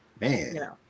Man